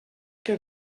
que